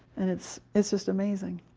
and it's it's just amazing.